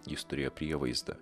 jis turėjo prievaizdą